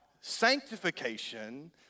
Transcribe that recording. sanctification